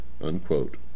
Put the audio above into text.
unquote